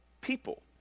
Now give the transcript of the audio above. people